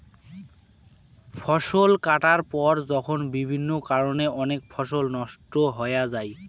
ফসল কাটার পর যখন বিভিন্ন কারণে অনেক ফসল নষ্ট হয়া যাই